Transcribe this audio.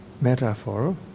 metaphor